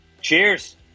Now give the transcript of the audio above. cheers